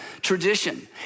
tradition